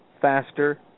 faster